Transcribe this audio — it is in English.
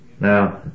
Now